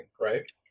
right